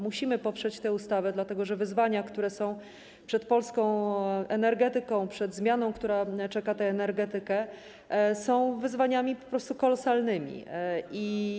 Musimy poprzeć tę ustawę, dlatego że wyzwania, które stoją przed polską energetyką - chodzi o zmianę, która czeka tę energetykę - to wyzwania po prostu kolosalne.